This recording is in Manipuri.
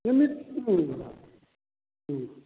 ꯅꯨꯃꯤꯠ ꯎꯝ ꯎꯝ